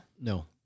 No